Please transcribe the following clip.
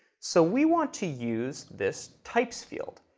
so we wanted to use this types field.